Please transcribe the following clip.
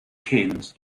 keynes